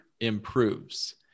improves